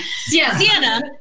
Sienna